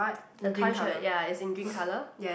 the toy shop ya is in green colour